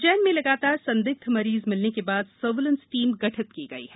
उज्जैन में लगातार संदिग्ध मरीज मिलने के बाद सर्विलेंस टीम गठित की गई है